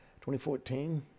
2014